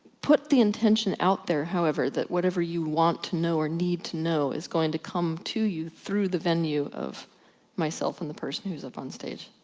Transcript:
put the intention out there, however, that whatever you want to know, or need to know is going to come to you through the venue of myself and the person who is up on stage.